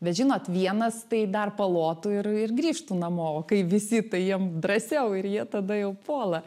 bet žinot vienas tai dar palotų ir ir grįžtų namo o kai visi tai jiem drąsiau ir jie tada jau puola